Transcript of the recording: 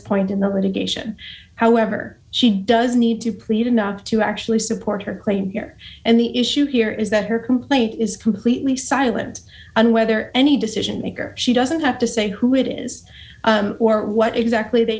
point in the medication however she does need to pretend not to actually support her claim here and the issue here is that her complaint is completely silent on whether any decision maker she doesn't have to say who it is or what exactly they